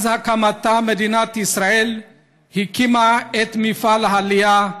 בהקמתה מדינת ישראל הקימה את מפעל העלייה,